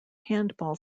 handball